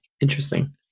Interesting